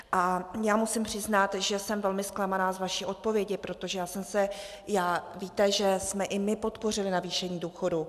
A musím přiznat, že jsem velmi zklamaná z vaší odpovědi, protože víte, že jsme i my podpořili navýšení důchodů.